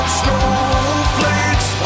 snowflakes